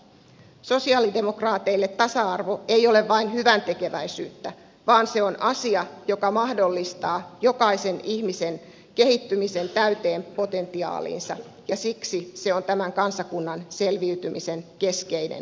sosialidemokraateille tasa arvo ei ole vain hyväntekeväisyyttä vaan se on asia joka mahdollistaa jokaisen ihmisen kehittymisen täyteen potentiaaliinsa ja siksi se on tämän kansakunnan selviytymisen keskeinen arvo